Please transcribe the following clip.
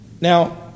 Now